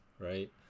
right